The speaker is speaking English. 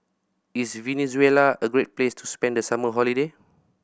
is Venezuela a great place to spend the summer holiday